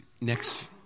next